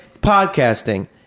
Podcasting